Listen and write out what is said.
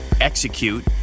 execute